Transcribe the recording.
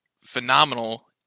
phenomenal